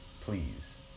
please